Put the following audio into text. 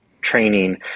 training